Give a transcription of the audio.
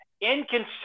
Inconsistent